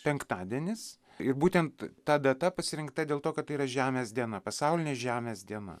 penktadienis ir būtent ta data pasirinkta dėl to kad tai yra žemės diena pasaulinė žemės diena